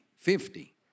Fifty